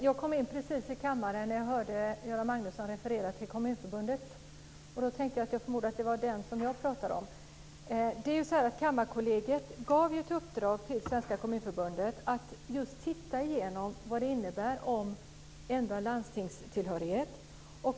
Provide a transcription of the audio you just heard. Fru talman! Precis när jag kom in i kammaren hörde jag Göran Magnusson referera till Kommunförbundet. Då förmodade jag att det var det som jag pratade om. Kammarkollegiet gav ett uppdrag till Svenska Kommunförbundet att titta igenom vad det innebär att ändra landstingstillhörighet.